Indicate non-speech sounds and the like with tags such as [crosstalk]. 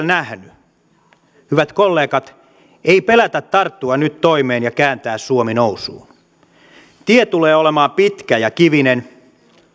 [unintelligible] nähny hyvät kollegat ei pelätä tarttua nyt toimeen ja kääntää suomi nousuun tie tulee olemaan pitkä ja kivinen